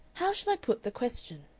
how shall i put the question?